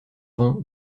vain